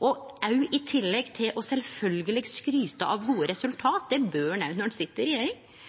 i tillegg til sjølvsagt å skryte av gode resultat – det bør ein når ein sit i regjering